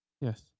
Yes